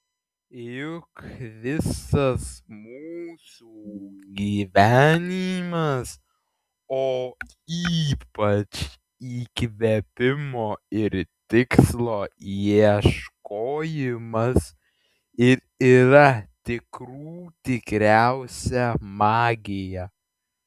juk visas mūsų gyvenimas o ypač įkvėpimo ir tikslo ieškojimas ir yra tikrų tikriausia magija